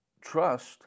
trust